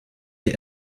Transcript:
wir